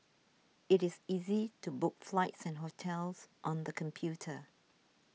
it is easy to book flights and hotels on the computer